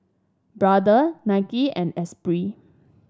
Brother Nike and Esprit